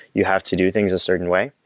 you have to do things a certain way.